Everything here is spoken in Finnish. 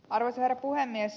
arvoisa herra puhemies